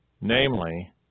Namely